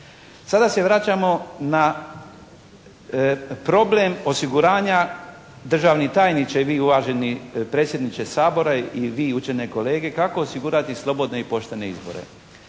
Sada se vraćamo na problem osiguranja, državni tajniče i vi uvaženi predsjedniče Sabora i vi učene kolege kako osigurati slobodne i poštene izbore.